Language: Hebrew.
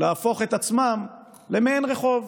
להפוך את עצמן למעין רחוב.